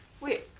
Wait